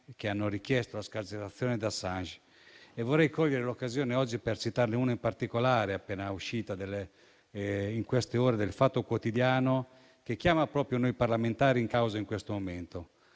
che hanno richiesto la scarcerazione di Assange. Vorrei cogliere l'occasione oggi per citare una campagna in particolare, appena uscita in queste ore: quella del «Fatto Quotidiano», che chiama proprio noi parlamentari in causa in questo momento.